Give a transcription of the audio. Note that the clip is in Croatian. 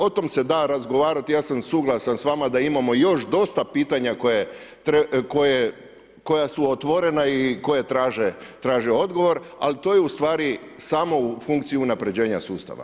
O tome se da razgovarati, ja sam suglasan s vama da imamo još dosta pitanja koja su otvorena i koja traže odgovor ali to je ustvari samo u funkciji unapređenja sustava.